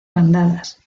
bandadas